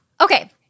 Okay